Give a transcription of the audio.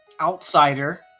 outsider